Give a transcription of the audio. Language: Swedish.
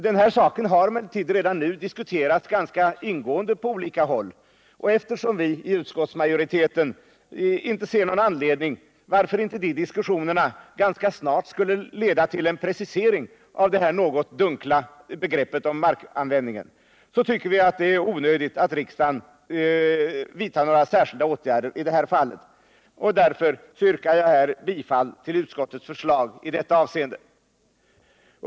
Den här saken har redan nu diskuterats ganska ingående på olika håll, och eftersom vi i utskottsmajoriteten inte ser någon anledning till att inte de diskussionerna ganska snart skulle leda till en precisering av det något dunkla begreppet markanvändning, tycker vi att det är onödigt att riksdagen vidtar några särskilda åtgärder i det här fallet. Därför yrkar jag här bifall till utskottets förslag i detta avseende.